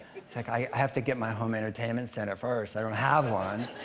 it's, like, i have to get my home entertainment center first. i don't have one!